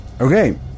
Okay